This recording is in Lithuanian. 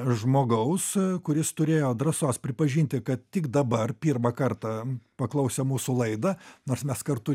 žmogaus kuris turėjo drąsos pripažinti kad tik dabar pirmą kartą paklausė mūsų laidą nors mes kartu